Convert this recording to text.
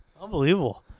unbelievable